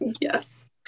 Yes